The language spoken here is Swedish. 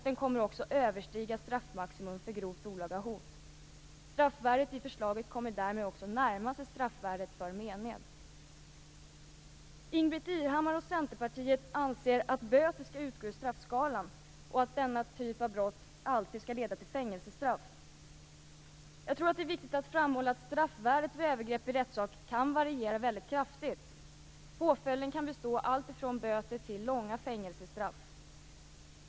Den kommer också att överstiga straffmaximum för grovt olaga hot. Straffvärdet i förslaget kommer därmed också att närma sig straffvärdet för mened. Ingbritt Irhammar och Centerpartiet anser att böter skall utgå i straffskalan och att denna typ av brott alltid skall leda till fängelsestraff. Jag tror att det är viktigt att framhålla att straffvärdet vid övergrepp i rättssak kan variera väldigt kraftigt. Påföljden kan bestå av alltifrån böter till långa fängelsestraff.